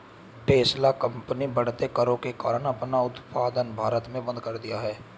Tesla company बढ़ते करों के कारण अपना उत्पादन भारत में बंद कर दिया हैं